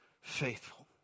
faithful